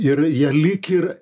ir jie lyg ir